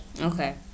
Okay